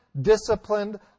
disciplined